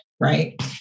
Right